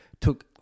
took